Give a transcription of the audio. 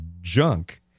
junk